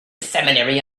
seminary